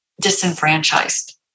disenfranchised